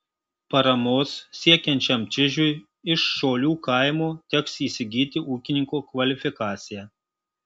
paramos siekiančiam čižiui iš šolių kaimo teks įsigyti ūkininko kvalifikaciją